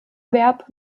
verb